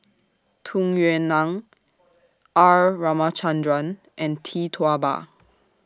Tung Yue Nang R Ramachandran and Tee Tua Ba